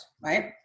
right